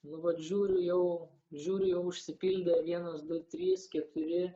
nu vat žiūriu jau žiūriu jau užsipildė vienas du trys keturi